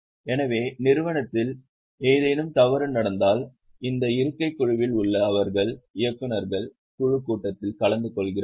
எனவே நிறுவனத்தில் ஏதேனும் தவறு நடந்தால் இந்த இருக்கை குழுவில் உள்ள அவர்கள் இயக்குநர்கள் குழு கூட்டத்தில் கலந்து கொள்கிறார்கள்